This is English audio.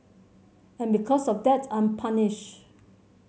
and because of that I'm punished